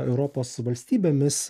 europos valstybėmis